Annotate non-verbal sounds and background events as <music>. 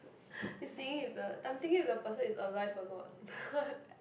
<breath> is seeing if the I'm thinking if the person is alive or not <laughs>